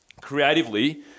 creatively